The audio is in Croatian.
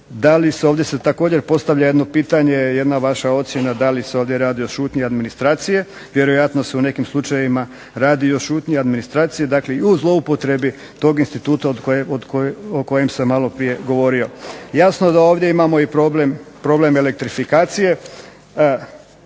za obnovu. Ovdje se također postavlja jedno pitanje, jedna vaša ocjena da li se ovdje radi o šutnji administracije. Vjerojatno se u nekim slučajevima radi i o šutnji administracije. Dakle, i u zloupotrebi tog instituta o kojem sam malo prije govorio. Jasno da ovdje imamo i problem elektrifikacije.